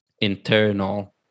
internal